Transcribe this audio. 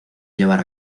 llevar